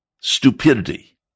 Stupidity